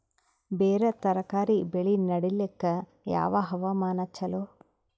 ಬೇರ ತರಕಾರಿ ಬೆಳೆ ನಡಿಲಿಕ ಯಾವ ಹವಾಮಾನ ಚಲೋ?